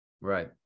Right